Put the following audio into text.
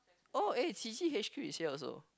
oh eh Qi-Ji H_Q is here also